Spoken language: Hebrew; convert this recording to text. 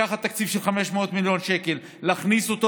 לקחת תקציב של 500 מיליון שקלים ולהכניס אותו